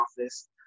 office